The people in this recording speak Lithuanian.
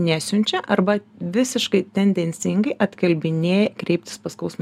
nesiunčia arba visiškai tendencingai atkalbinėja kreiptis pas skausmo